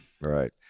Right